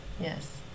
yes